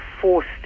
forced